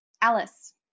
Alice